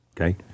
Okay